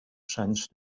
sensed